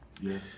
Yes